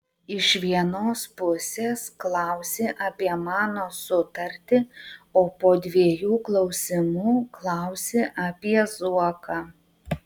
iš vienos pusės klausi apie mano sutartį o po dviejų klausimų klausi apie zuoką